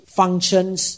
functions